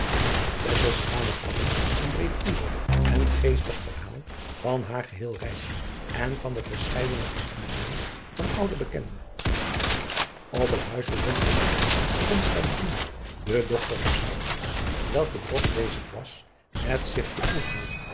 gaf hem een breedvoerig en geestig verhaal van haar geheel reisje en van de verscheidene ontmoetingen van oude bekenden p het huis bevond zich ook de dochter van welke drok bezig was met zich te oefenen